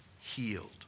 healed